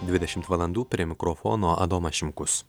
dvidešimt valandų prie mikrofono adomas šimkus